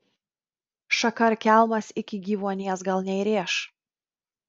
šaka ar kelmas iki gyvuonies gal neįrėš